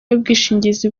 y’ubwishingizi